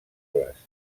douglas